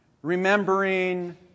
Remembering